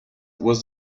was